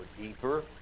deeper